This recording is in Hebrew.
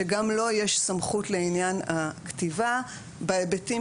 שגם לו יש סמכות לעניין הכתיבה בהיבטים